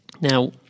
Now